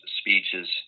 speeches